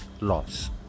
loss